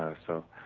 ah so,